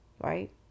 right